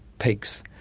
pigs,